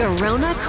Corona